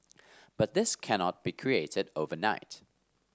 but this cannot be created overnight